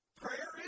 Prayer